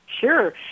Sure